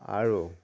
আৰু